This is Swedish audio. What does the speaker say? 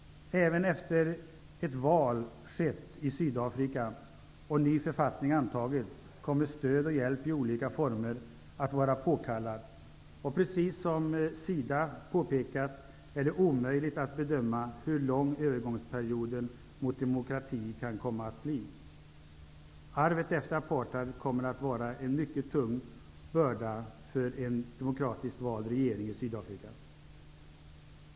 Även efter det att ett val skett i Sydafrika och en ny författning antagits kommer stöd och hjälp i olika former att vara påkallade. Precis som SIDA påpekat är det omöjligt att bedöma hur lång övergångsperioden under utvecklingen mot demokrati kan komma att bli. Arvet efter apartheid kommer att vara en mycket tung börda för en demokratiskt vald regering i Sydafrika.